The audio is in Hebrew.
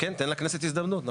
כן, תן לכנסת הזדמנות.